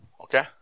Okay